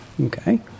okay